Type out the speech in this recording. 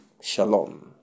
shalom